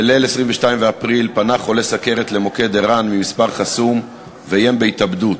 בליל 22 באפריל פנה חולה סוכרת למוקד ער"ן ממספר חסום ואיים בהתאבדות.